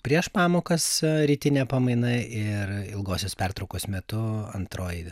prieš pamokas rytinė pamaina ir ilgosios pertraukos metu antroji